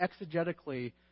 exegetically